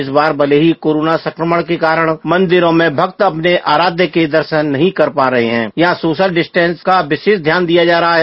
इस बार भले ही कोरोना संक्रमण के कारण मंदिरों में भक्त अपने आराध्य के दर्शन नहीं कर पा रहे है यहां सोशल डिस्टेंस विशेष ध्यान दिया जा रहा है